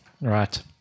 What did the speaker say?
right